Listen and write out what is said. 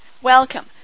Welcome